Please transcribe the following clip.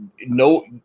no